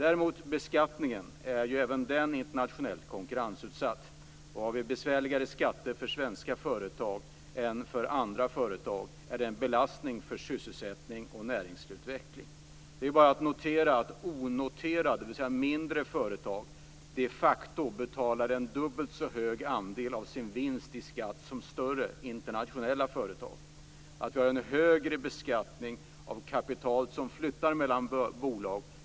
Även beskattningen är internationellt konkurrensutsatt. Har vi besvärligare skatter för svenska företag än för andra företag är detta en belastning för sysselsättning och näringsutveckling. Det är bara att notera att mindre företag de facto betalar en dubbelt så hög andel av sin vinst i skatt som större internationella företag gör. Vi har en högre beskattning av kapital som flyttar mellan bolag.